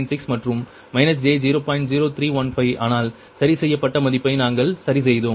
0315 ஆனால் சரி செய்யப்பட்ட மதிப்பை நாங்கள் சரிசெய்தோம்